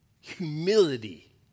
humility